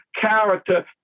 character